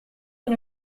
oan